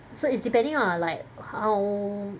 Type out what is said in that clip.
so it's depending on like how